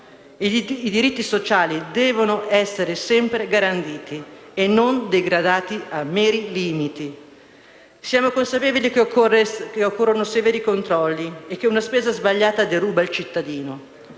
I diritti sociali devono essere sempre garantiti e non degradati a meri limiti. Siamo consapevoli che occorrono severi controlli e che una spesa sbagliata deruba il cittadino.